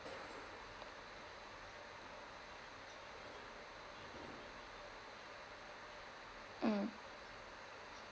mm